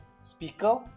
speaker